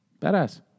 badass